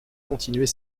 continuer